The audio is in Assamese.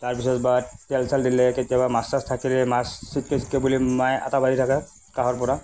তাৰপিছত বা তেল চেল দিলে কেতিয়াবা মাছ চাছ থাকিলে মাছ মায়ে থাকে কাষৰপৰা